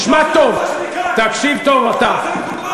עכשיו תקשיב טוב, תשמע טוב.